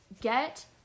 Get